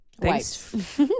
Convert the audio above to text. thanks